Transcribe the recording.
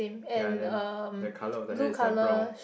ya then the colour of the hair is like brown